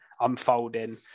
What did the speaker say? unfolding